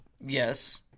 yes